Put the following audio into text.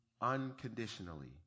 unconditionally